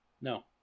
No